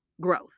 growth